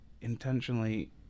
intentionally